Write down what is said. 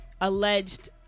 alleged